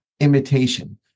imitation